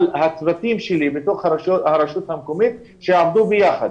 הצוותים שלי בתוך הרשות המקומית שיעבדו ביחד.